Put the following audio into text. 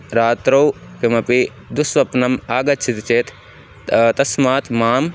रात्रौ किमपि दुःस्वप्नम् आगच्छति चेत् तस्मात् मां